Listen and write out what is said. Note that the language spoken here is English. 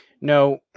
No